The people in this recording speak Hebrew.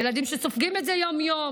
ילדים שסופגים את זה יום-יום,